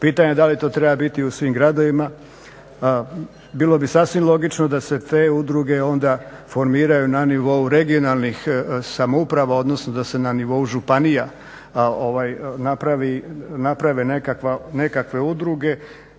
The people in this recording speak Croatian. Pitanje da li to treba biti u svim gradovima. Bilo bi sasvim logično da se te udruge onda formiraju na nivou regionalnih samouprava, odnosno da se na nivou županija naprave nekakve udruge